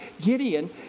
Gideon